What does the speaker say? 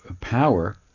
power